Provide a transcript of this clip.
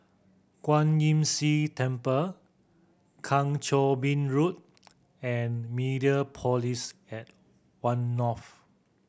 Kwan Imm See Temple Kang Choo Bin Road and Mediapolis at One North